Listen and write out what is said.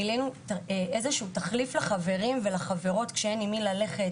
מילאנו איזשהו תחליף לחברות ולחברים כשאין עם מי ללכת